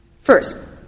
First